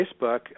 Facebook